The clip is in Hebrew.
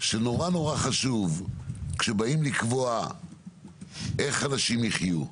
שנורא חשוב כשבאים לקבוע איך אנשים יחיו,